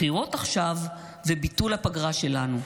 בחירות עכשיו וביטול הפגרה שלנו.